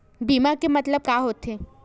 बीमा के मतलब का होथे?